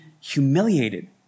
humiliated